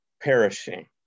perishing